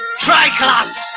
Triclops